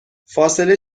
فاصله